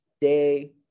day